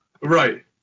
Right